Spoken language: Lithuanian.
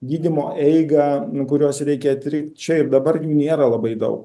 gydymo eigą nuo kurios reikia tri čia ir dabar nėra labai daug